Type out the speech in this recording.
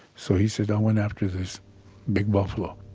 so, he said, i went after this big buffalo.